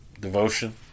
devotion